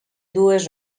dues